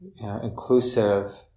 inclusive